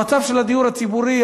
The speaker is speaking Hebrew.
המצב של הדיור הציבורי,